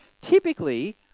typically